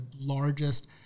largest